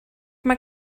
mae